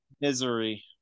Misery